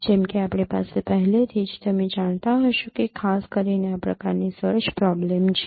જેમ કે આપણી પાસે પહેલેથી જ તમે જાણતા હશો કે ખાસ કરીને આ પ્રકારની સર્ચ પ્રોબ્લેમ છે